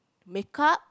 makeup